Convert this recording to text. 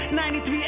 93